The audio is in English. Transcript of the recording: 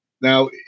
Now